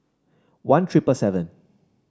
one triple seven